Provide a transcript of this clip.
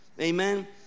Amen